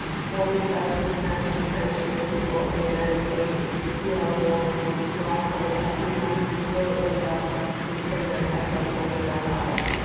forty seven percent of transgender people in the united states who are born black or latina will end up in prison at some point in their lives.